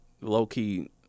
low-key